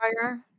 fire